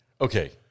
Okay